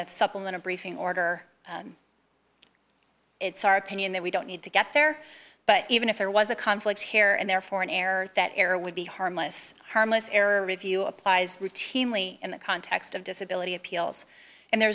the supplemental briefing order it's our opinion that we don't need to get there but even if there was a conflict here and there for an error that error would be harmless harmless error review applies routinely in the context of disability appeals and there